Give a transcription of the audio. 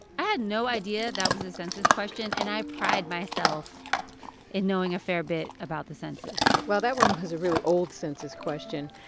i had no idea that was a census question. and i pride myself in knowing a fair bit about the census well, that one was a really old census question.